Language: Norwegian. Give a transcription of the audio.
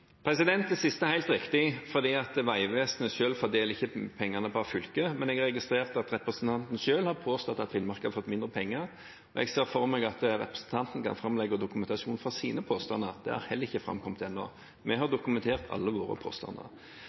Det siste er helt riktig, for Vegvesenet selv fordeler ikke pengene per fylke. Men jeg har registrert at representanten har påstått at Finnmark har fått mindre penger, og jeg ser for meg at representanten kan framlegge dokumentasjon på sine påstander. Det har heller ikke framkommet ennå. Vi har dokumentert alle våre påstander.